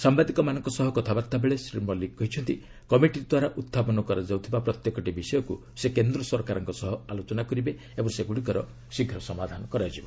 ସାମ୍ଭାଦିକମାନଙ୍କ ସହ କଥାବାର୍ତ୍ତାବେଳେ ଶ୍ରୀ ମଲିକ କହିଛନ୍ତି କମିଟିଦ୍ୱାରା ଉତ୍ଥାପନ କରାଯାଉଥିବା ପ୍ରତ୍ୟେକଟି ବିଷୟକୁ ସେ କେନ୍ଦ୍ର ସରକାରଙ୍କ ସହ ଆଲୋଚନା କରିବେ ଓ ସେଗୁଡ଼ିକର ଶୀଘ୍ର ସମାଧାନ କରାଯିବ